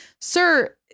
sir